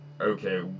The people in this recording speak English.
Okay